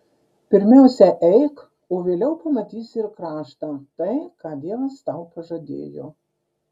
pirmiausia eik o vėliau pamatysi ir kraštą tai ką dievas tau pažadėjo